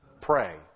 pray